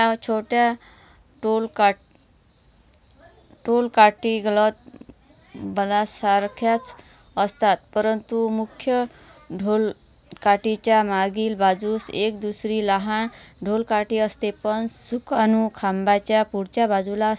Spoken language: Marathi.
ह्या छोट्या डोलका डोलकाठीगलबतासारख्याच असतात परंतु मुख्य डोलकाठीच्या मागील बाजूस एक दुसरी लहान डोलकाठी असते पण सुकाणू खांबाच्या पुढच्या बाजूला